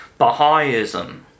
Baha'ism